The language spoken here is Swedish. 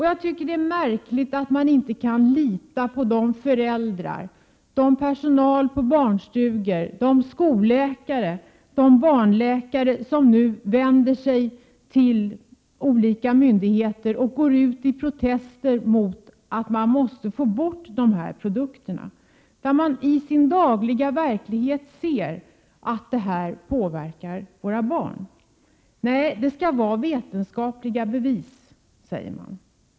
Jag tycker att det är märkligt att man inte kan lita på de föräldrar, den personal på barnstugor, de skolläkare och de barnläkare som nu vänder sig till olika myndigheter och protesterar mot dessa produkter för att få bort dem. Detta är personer som i sin dagliga verksamhet ser att dessa produkter påverkar våra barn. Nej, det skall vara vetenskapliga bevis, säger man.